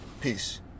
Peace